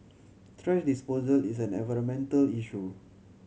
thrash disposal is an environmental issue